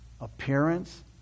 appearance